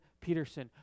Peterson